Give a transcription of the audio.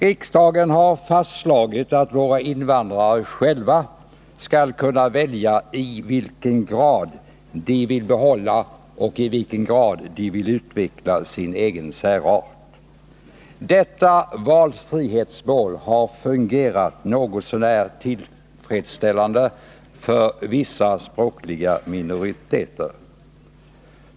Riksdagen har fastslagit att våra invandrare själva skall kunna välja i vilken grad de vill behålla och utveckla sin egen särart. Detta valfrihetsmål har fungerat något så när tillfredsställande för vissa språkliga minoriteter.